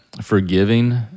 forgiving